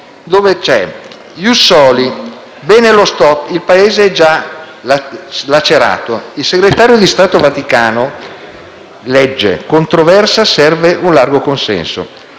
«*Ius soli*, bene lo *stop*, il Paese è già lacerato». «Il segretario di Stato Vaticano: legge controversa, serve un consenso